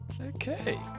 Okay